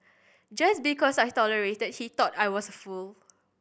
just because I tolerated he thought I was fool